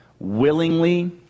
willingly